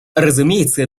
разумеется